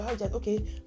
okay